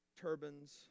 turbans